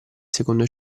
secondo